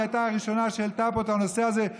היא הייתה הראשונה שהעלתה פה את הנושא הזה,